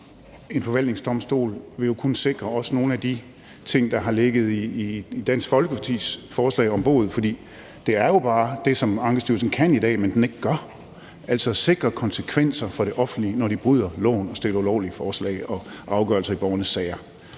en forvaltningsdomstol vil jo også kunne sikre nogle af de ting, der har ligget i Dansk Folkepartis forslag om en bod. For det er jo bare det, som Ankestyrelsen kan i dag, men som den ikke gør, altså sikrer, at der er konsekvenser for det offentlige, når de bryder loven og kommer med ulovlige forslag og afgørelser i borgernes sager,